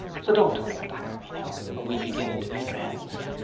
so don't turn your back on me now, and we beginning to be friends.